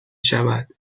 شود